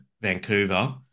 Vancouver